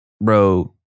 Bro